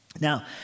Now